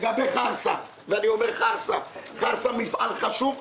לגבי חרסה חרסה הוא מפעל חשוב.